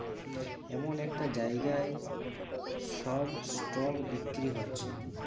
এমন একটা জাগায় সব স্টক বিক্রি হচ্ছে